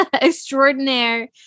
extraordinaire